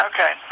Okay